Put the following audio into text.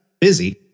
busy